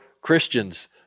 Christians